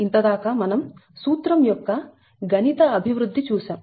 ఇంత దాకా మనం సూత్రం యొక్క గణిత అభివృద్ధి చూసాం